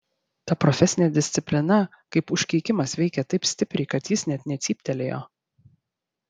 ta profesinė disciplina kaip užkeikimas veikė taip stipriai kad jis net necyptelėjo